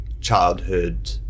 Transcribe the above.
childhood